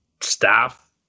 staff